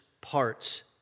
parts